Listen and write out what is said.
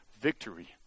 victory